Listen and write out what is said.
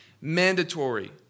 mandatory